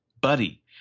buddy